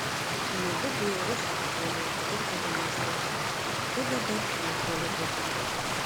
nebūk bjaurus oriai atkirto luiza tu dabar ne holivude